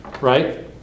right